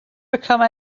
become